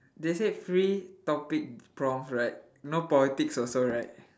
they said free topic prompts right no politics also right